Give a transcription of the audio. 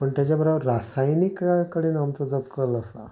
पूण ताज्या बरोबर रासायनिकां कडेन आमचो जो कल आसा